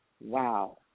wow